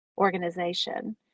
organization